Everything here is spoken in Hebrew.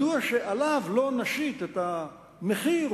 מדוע שלא נשית עליו את המחיר,